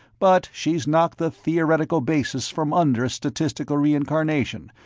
but she's knocked the theoretical basis from under statistical reincarnation,